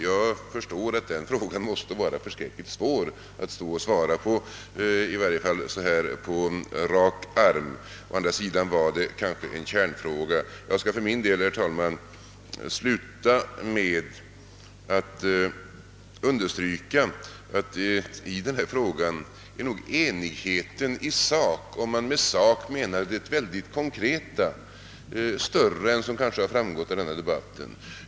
Jag förstår att det måste vara mycket svårt att göra det, åtminstone så här på rak arm. Å andra sidan gäller det kanske en kärnfråga. Jag skall för min del, herr talman, sluta med att understryka att i den frågan är nog enigheten i sak — om man därmed menar det mycket konkreta — större än vad som kanske har framgått av denna debatt.